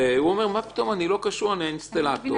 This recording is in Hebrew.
ואז הוא יגיד, אני לא קשור, אני האינסטלטור.